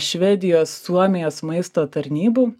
švedijos suomijos maisto tarnybų